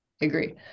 agree